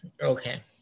Okay